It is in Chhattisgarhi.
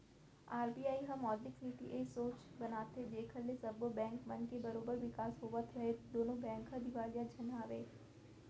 आर.बी.आई ह मौद्रिक नीति ए सोच बनाथे जेखर ले सब्बो बेंक मन के बरोबर बिकास होवत राहय कोनो बेंक ह दिवालिया झन होवय